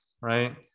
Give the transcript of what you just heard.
right